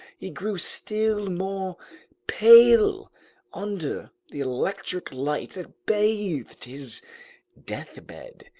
he grew still more pale under the electric light that bathed his deathbed.